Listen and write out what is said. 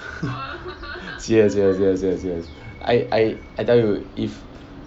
serious serious serious serious serious I I I tell you if